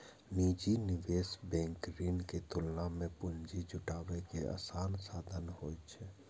निजी निवेश बैंक ऋण के तुलना मे पूंजी जुटाबै के आसान साधन होइ छै